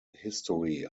history